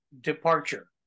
departure